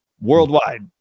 worldwide